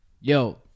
Yo